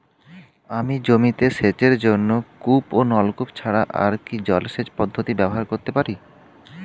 আমি জমিতে সেচের জন্য কূপ ও নলকূপ ছাড়া আর কি জলসেচ পদ্ধতি ব্যবহার করতে পারি?